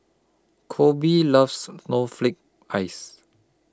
Coby loves Snowflake Ice